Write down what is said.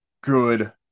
good